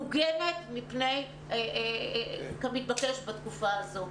מוגנת כמתבקש בתקופה הזאת.